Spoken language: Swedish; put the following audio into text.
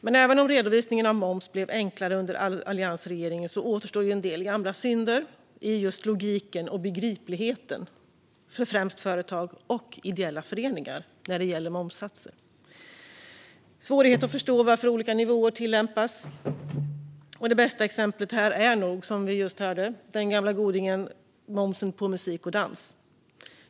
Men även om redovisningen av moms blev enklare under alliansregeringen återstår en del gamla synder i logiken och begripligheten när det gäller momssatserna för främst företag och ideella föreningar. Det är svårt att förstå varför olika nivåer tillämpas. Det bästa exemplet här är nog den gamla godingen momsen på musik och dans.